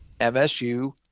MSU